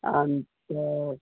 अन्त